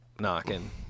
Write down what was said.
knocking